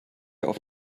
auf